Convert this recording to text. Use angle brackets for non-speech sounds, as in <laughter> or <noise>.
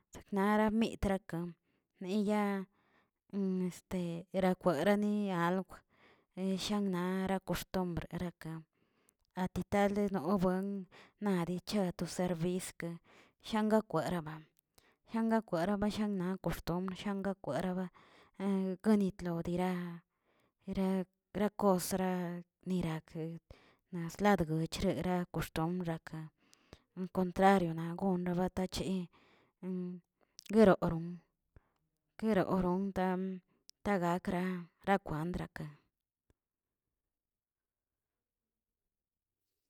Seknara mi tra'aka niya este erakwereni algwə, eshalna ra koxtumbr araka, atitale nobuen nadi chato serbiske, jiangakwereba jiangakwerebasha nak koshtumbr akwereba naꞌ, <hesitation> gonitlo dira era ra kos dira nirakə naꞌ sladgochree ra koxtombr raalcontrariona wnabatoche, <hesitation> gueroꞌoron gueroꞌoron tan tagakra rakwandrakə.